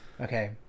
Okay